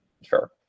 sure